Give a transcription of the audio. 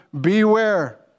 Beware